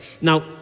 Now